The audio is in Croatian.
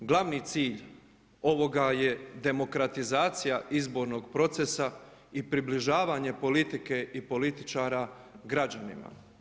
Glavni cilj ovoga je demokratizacija izbornog procesa i približavanje politike i političara građanima.